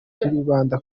turibanda